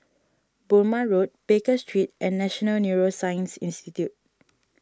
Burmah Road Baker Street and National Neuroscience Institute